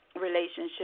relationship